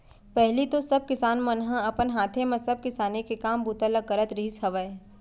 पहिली तो सब किसान मन ह अपन हाथे म सब किसानी के काम बूता ल करत रिहिस हवय